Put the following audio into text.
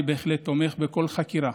אני בהחלט תומך בכל חקירה